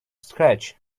scratch